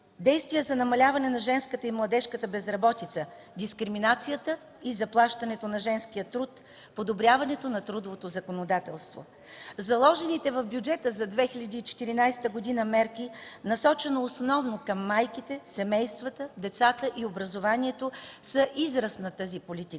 действия за намаляване на женската и младежката безработица, дискриминацията и заплащането на женския труд, подобряването на трудовото законодателство. Заложените в бюджета за 2014 г. мерки, насочени основно към майките, семействата, децата и образованието, са израз на тази политика.